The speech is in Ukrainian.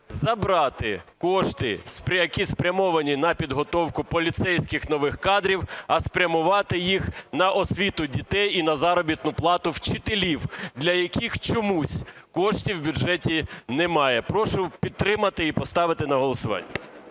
забрати кошти, які спрямовані на підготовку поліцейських нових кадрів, а спрямувати їх на освіту дітей і на заробітну плату вчителів, для яких чомусь коштів у бюджеті немає. Прошу підтримати і поставити на голосування.